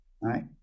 right